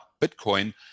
Bitcoin